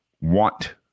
want